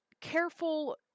Careful